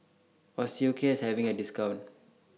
Osteocare IS having A discount